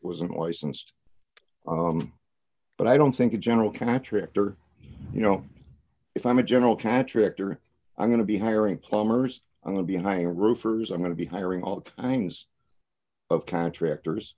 wasn't licensed but i don't think a general contractor you know if i'm a general contractor i'm going to be hiring plumbers i'm going to hire roofers i'm going to be hiring all kinds of contractors